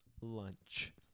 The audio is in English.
Lunch